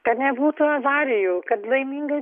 kad nebūtų avarijų kad laimingai